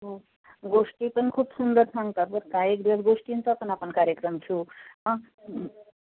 हो गोष्टी पण खूप सुंदर सांगतात बरं का एक दिवस गोष्टींचा पण आपण कार्यक्रम ठेवू हां